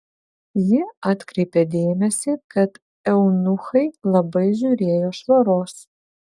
ji atkreipė dėmesį kad eunuchai labai žiūrėjo švaros